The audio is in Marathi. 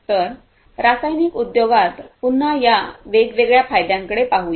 तर रासायनिक उद्योगात पुन्हा या वेगवेगळ्या फायद्यांकडे पाहूया